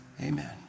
amen